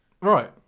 Right